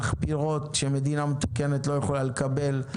מחפירות שמדינה מתוקנת לא יכולה לקבל.